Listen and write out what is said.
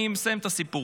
אני מסיים את הסיפור.